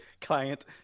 client